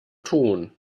tun